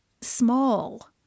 small